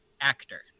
actor